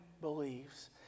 believes